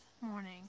morning